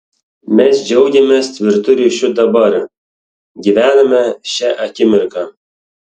mes džiaugiamės tvirtu ryšiu dabar gyvename šia akimirka